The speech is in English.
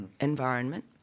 environment